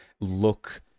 look